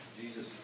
Jesus